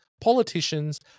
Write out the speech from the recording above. politicians